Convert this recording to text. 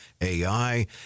AI